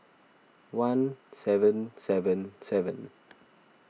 one seven seven seven